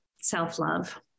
Self-love